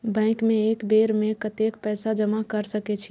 Bank में एक बेर में कतेक पैसा जमा कर सके छीये?